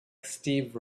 steve